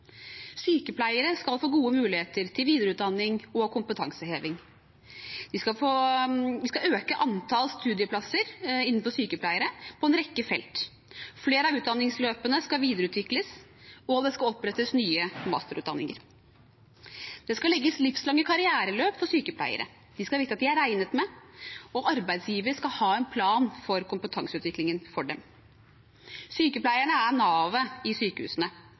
Sykepleiere skal få gode muligheter til videreutdanning og kompetanseheving. Vi skal øke antallet studieplasser innenfor sykepleie på en rekke felt. Flere av utdanningsløpene skal videreutvikles, og det skal opprettes nye masterutdanninger. Det skal legges livslange karriereløp for sykepleiere. De skal vite at de er regnet med, og arbeidsgiver skal ha en plan for kompetanseutviklingen for dem. Sykepleierne er navet i sykehusene,